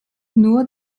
nur